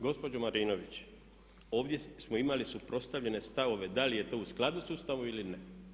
Gospođo Lovrinović, ovdje smo imali suprotstavljene stavove da li je to u skladu s Ustavom ili ne.